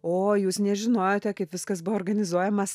o jūs nežinojote kaip viskas buvo organizuojamas